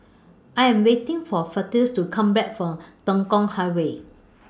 I Am waiting For Festus to Come Back from Tekong Highway